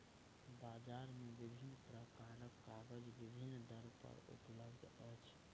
बजार मे विभिन्न प्रकारक कागज विभिन्न दर पर उपलब्ध अछि